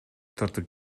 тартып